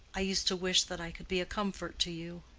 i used to wish that i could be a comfort to you.